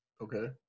Okay